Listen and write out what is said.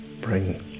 bring